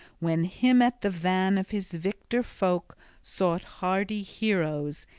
when him at the van of his victor-folk sought hardy heroes,